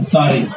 Sorry